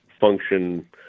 function